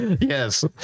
Yes